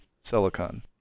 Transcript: silicon